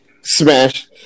smash